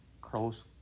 close